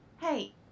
Hey